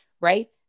right